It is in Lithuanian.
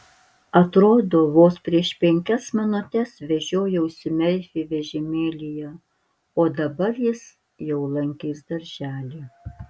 atrodo vos prieš penkias minutes vežiojausi merfį vežimėlyje o dabar jis jau lankys darželį